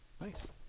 Nice